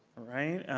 right.